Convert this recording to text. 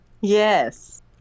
Yes